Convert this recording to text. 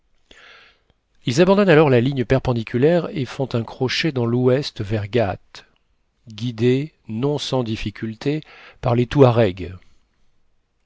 ils abandonnent alors la ligne perpendiculaire et font un crochet dans l'ouest vers ghât guidés non sans difficultés par les touaregs